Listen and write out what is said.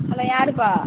hello யாருப்பா